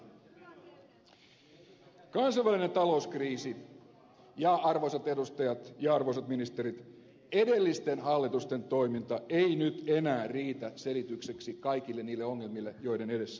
kansainvälinen talouskriisi ja arvoisat edustajat ja arvoisat ministerit edellisten hallitusten toiminta ei nyt enää riitä selitykseksi kaikille niille ongelmille joiden edessä olemme